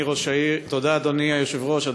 אדוני היושב-ראש,